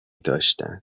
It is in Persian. داشتن